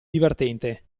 divertente